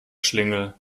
schlingel